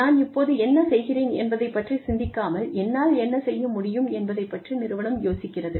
நான் இப்போது என்ன செய்கிறேன் என்பதை பற்றி சிந்திக்காமல் என்னால் என்ன செய்ய முடியும் என்பதைப் பற்றி நிறுவனம் யோசிக்கிறது